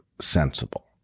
sensible